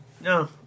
No